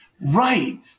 right